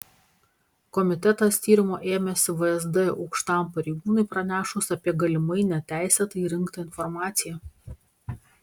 komitetas tyrimo ėmėsi vsd aukštam pareigūnui pranešus apie galimai neteisėtai rinktą informaciją